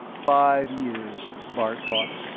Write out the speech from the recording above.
five years, bart thought.